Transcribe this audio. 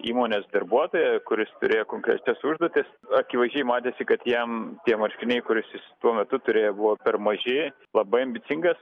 įmonės darbuotoją kuris turėjo konkrečias užduotis akivaizdžiai matėsi kad jam tie marškiniai kuriuos jis tuo metu turėjo buvo per maži labai ambicingas